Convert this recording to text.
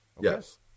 Yes